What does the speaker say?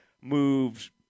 moves